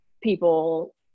people